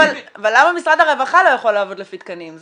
למה משרד הרווחה לא יכול לעבוד לפי תקנים,